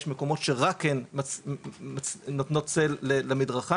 יש מקומות שרק הם נותנות צל למדרכה.